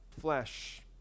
flesh